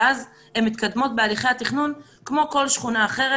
ואז הן מתקדמות בהליכי התכנון כמו כל שכונה אחרת.